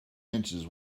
inches